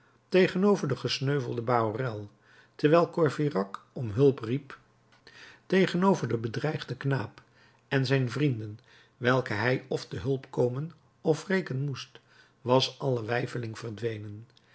tegenover den gesneuvelden bahorel terwijl courfeyrac om hulp riep tegenover den bedreigden knaap en zijn vrienden welke hij of te hulp komen of wreken moest was alle weifeling verdwenen